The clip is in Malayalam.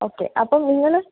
ഓക്കെ അപ്പം നിങ്ങൾ